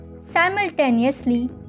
Simultaneously